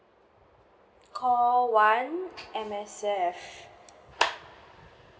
call one M_S_F